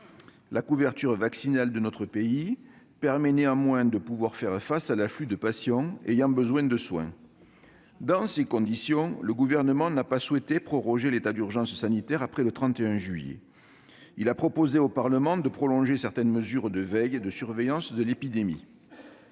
La couverture vaccinale de notre pays permet de faire face à l'afflux de patients qui ont besoin de soins. Dans ces conditions, le Gouvernement n'a pas souhaité proroger l'état d'urgence sanitaire après le 31 juillet prochain. Il a proposé au Parlement de prolonger certaines mesures de veille et de surveillance de l'épidémie.